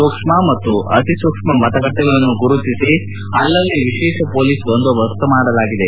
ಸೂಕ್ಷ್ಮ ಹಾಗೂ ಅತಿಸೂಕ್ಷ್ಮ ಮತಗಟ್ಟೆಗಳನ್ನು ಗುರುತಿಸಿ ಅಲ್ಲಿ ವಿಶೇಷ ಪೊಲೀಸ್ ಬಂದೋಬಸ್ತ್ ಮಾಡಲಾಗಿದೆ